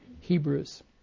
Hebrews